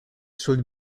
should